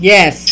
Yes